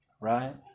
right